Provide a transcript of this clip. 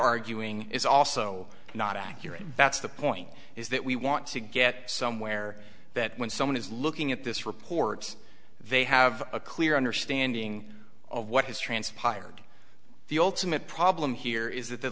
arguing is also not accurate that's the point is that we want to get somewhere that when someone is looking at this report they have a clear understanding of what has transpired the ultimate problem here is that the